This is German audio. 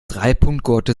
dreipunktgurte